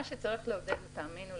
לטעמנו,